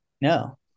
No